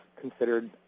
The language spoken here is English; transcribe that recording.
considered